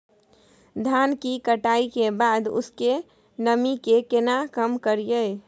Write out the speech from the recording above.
धान की कटाई के बाद उसके नमी के केना कम करियै?